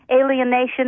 alienation